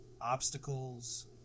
obstacles